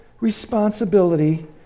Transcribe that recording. responsibility